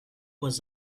was